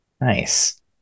Nice